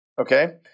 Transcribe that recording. Okay